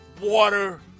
water